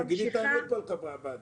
תגידי את האמת לחברי הוועדה.